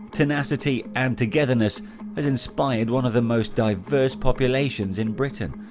tenacity and togetherness has inspired one of the most diverse populations in britain,